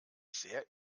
sehr